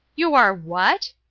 you are what?